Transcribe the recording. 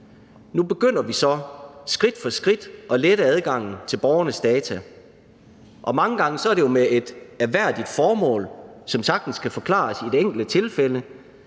Nu begynder vi så skridt for skridt at lette adgangen til borgernes data, og mange gange er det jo med et ærværdigt formål, som sagtens kan forklares i det enkelte tilfælde,